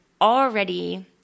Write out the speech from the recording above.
already